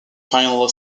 finally